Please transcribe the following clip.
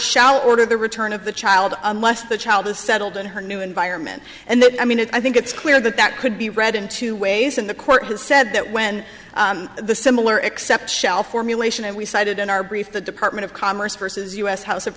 shall order the return of the child unless the child is settled in her new environment and then i mean i think it's clear that that could be read in two ways and the court has said that when the similar except shell formulation and we cited in our brief the department of commerce versus u s house of